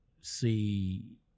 see